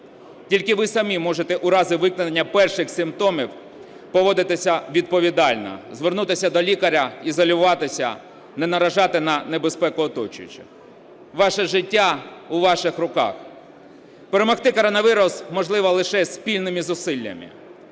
Тільки ви самі можете у разі виникнення перших симптомів поводитися відповідально: звернутися до лікаря, ізолюватися, не наражати на небезпеку оточуючих. Ваше життя – у ваших руках. Перемогти коронавірус можливо лише спільними зусиллями.